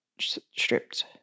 stripped